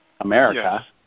America